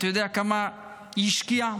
אתה יודע כמה היא השקיעה,